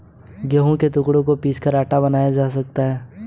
गेहूं के टुकड़ों को पीसकर आटा बनाया जा सकता है